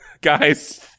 guys